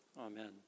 amen